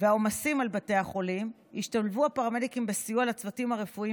והעומסים על בתי החולים השתלבו הפרמדיקים בסיוע לצוותים הרפואיים